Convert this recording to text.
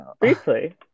briefly